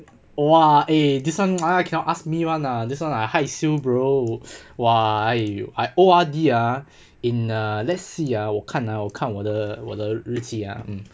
!wah! eh this [one] ah cannot ask me [one] lah this one lah 害羞 bro !wah! I O_R_D ah in uh let's see ah 我看啊我看我的我的日期啊 mm